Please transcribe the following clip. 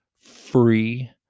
Free